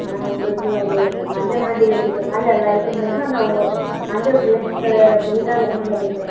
நான் எங்களுக்கு மஞ்ச மண்டி வச்சுருக்குறதுனால எல்லா ஐட்டமும் வேணும் இன்னும் மஞ்சள் ரேட்டு குவிண்டால் என்ன விலைங்க